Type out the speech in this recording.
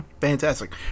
fantastic